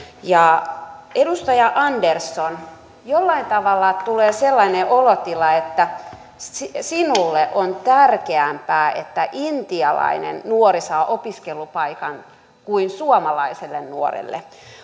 edustaja andersson jollain tavalla tulee sellainen olotila että sinulle on tärkeämpää että intialainen nuori saa opiskelupaikan kuin suomalaiselle nuorelle